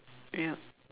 yup